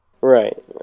right